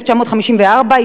1954,